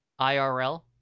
IRL